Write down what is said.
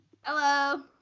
Hello